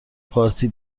پارتی